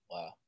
Wow